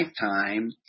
lifetime